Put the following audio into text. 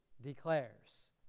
declares